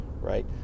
right